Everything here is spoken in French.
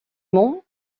monts